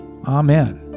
Amen